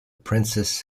princess